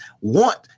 want